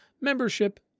membership